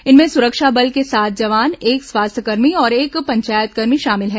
इनमें सुरक्षा बल के सात जवान एक स्वास्थ्यकर्मी और एक पंचायतकर्मी शामिल है